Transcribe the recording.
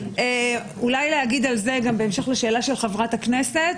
אולי להגיד, בהמשך לשאלה של חברת הכנסת,